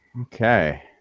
Okay